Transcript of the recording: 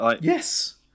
Yes